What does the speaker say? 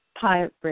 pirate